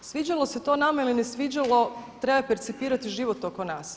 Sviđalo se to nama ili ne sviđalo treba percipirati život oko nas.